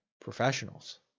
professionals